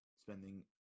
Spending